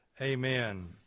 Amen